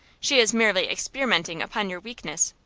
she is merely experimenting upon your weakness.